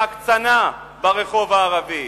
בהקצנה ברחוב הערבי,